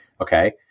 Okay